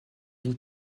une